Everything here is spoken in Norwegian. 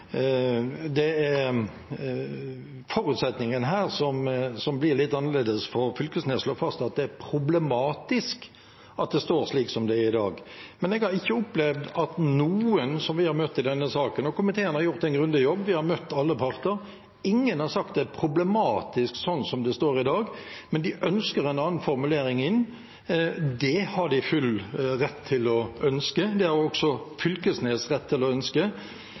Det er forutsetningen her som blir litt annerledes, for representanten Knag Fylkesnes slår fast at det er problematisk at det står slik som det står i dag. Men jeg har ikke opplevd at noen som vi har møtt i denne saken – og komiteen har gjort en grundig jobb, vi har møtt alle parter – har sagt at det er problematisk sånn som det står i dag, men de ønsker en annen formulering inn. Det har de full rett til å ønske, det har også Fylkesnes rett til å ønske.